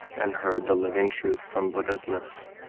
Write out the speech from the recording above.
and heard the living truth from buddha's lips,